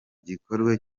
gikorwa